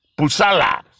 pusala